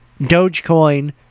Dogecoin